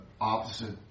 opposite